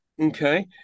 Okay